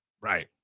Right